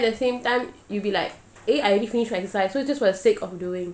then at the same time you will be like eh I already finish my exercise so it's just for the sake of doing